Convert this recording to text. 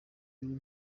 biri